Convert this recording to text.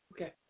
Okay